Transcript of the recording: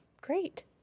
Great